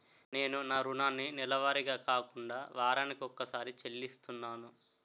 నేను నా రుణాన్ని నెలవారీగా కాకుండా వారాని కొక్కసారి చెల్లిస్తున్నాను